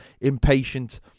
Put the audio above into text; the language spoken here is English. impatient